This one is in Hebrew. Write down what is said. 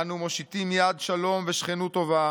"אנו מושיטים יד שלום ושכנות טובה